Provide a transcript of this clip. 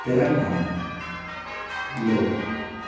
తెలంగాణలో